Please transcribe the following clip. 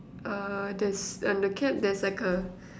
uh there's on the cap there's like a